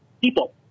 people